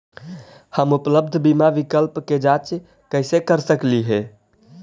हम उपलब्ध बीमा विकल्प के जांच कैसे कर सकली हे?